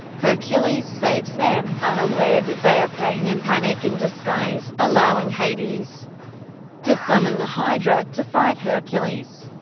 hercules saves them, unaware that they are pain and panic in disguise, allowing hades to summon the hydra to fight hercules.